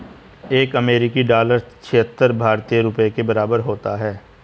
एक अमेरिकी डॉलर छिहत्तर भारतीय रुपये के बराबर होता है